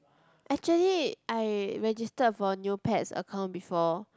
actually I registered for a Neopets account before